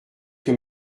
que